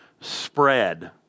spread